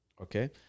Okay